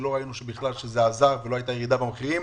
שלא ראינו בכלל שזה עזר ולא הייתה ירידה במחירים.